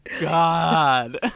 God